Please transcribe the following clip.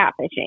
catfishing